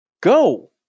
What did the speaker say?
Go